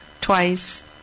twice